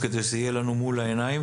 כדי שזה יהיה לנו מול העיניים,